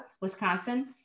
Wisconsin